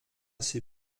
ses